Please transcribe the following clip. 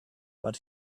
but